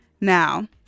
Now